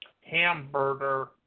Hamburger